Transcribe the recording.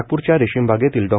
नागपूरच्या रेशीमबागेतील डॉ